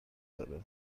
داره